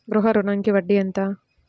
గృహ ఋణంకి వడ్డీ ఎంత?